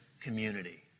community